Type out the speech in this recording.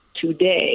today